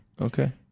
Okay